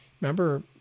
Remember